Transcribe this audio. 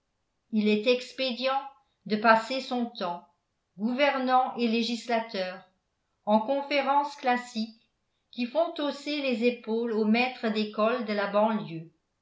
il est expédient de passer son temps gouvernants et législateurs en conférences classiques qui font hausser les épaules aux maîtres d'école de la banlieue